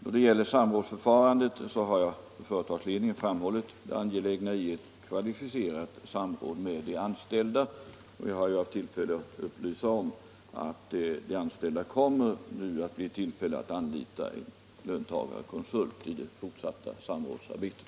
Då det gäller samrådsförfarandet har jag för företagsledningen framhållit det angelägna i kvalificerat samråd med de anställda. Jag har ju haft tillfälle att upplysa om att de anställda nu kommer att bli i tillfälle att anlita en löntagarkonsult i det fortsatta samrådsarbetet.